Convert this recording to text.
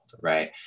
right